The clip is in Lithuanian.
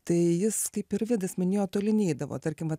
tai jis kaip ir vidas minėjo toli neidavo tarkim va